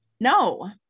No